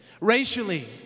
racially